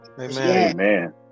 Amen